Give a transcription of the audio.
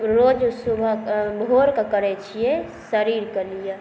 रोज सुबह भोरके करै छिए शरीरके लिए